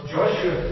Joshua